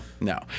no